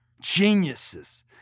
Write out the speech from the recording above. geniuses